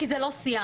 כי זה לא סיעה.